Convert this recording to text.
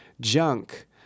Junk